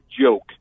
joke